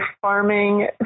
farming